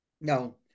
no